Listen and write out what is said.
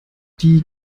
die